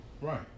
Right